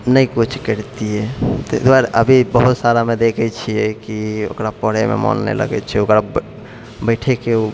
नहि कुछ करतियै तै दुआरे अभी बहुत सारा मे देखै छियै की ओकरा पढ़य मे मोन नहि लगै छै ओकरा बैठय के